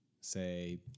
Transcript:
say